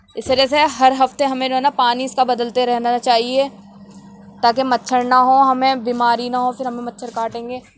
اس طرح ہر ہفتے ہمیں جو ہے نا پانی اس کا بدلتے رہنا چاہئے تاکہ مچھر نہ ہوں ہمیں بیماری نہ ہو پھر ہمیں مچھر کاٹیں گے